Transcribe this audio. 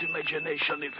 imagination